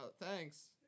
Thanks